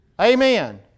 Amen